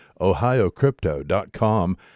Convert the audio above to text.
ohiocrypto.com